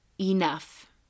enough